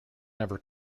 never